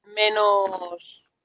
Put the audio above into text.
Menos